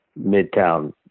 Midtown